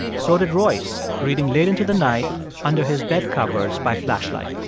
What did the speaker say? so did royce, reading late into the night under his bed covers by flashlight.